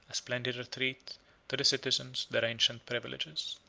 a splendid retreat to the citizens, their ancient privileges.